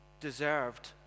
deserved